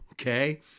Okay